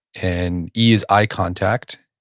and e is eye contact.